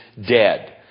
dead